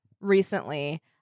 recently